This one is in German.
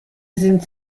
sind